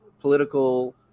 political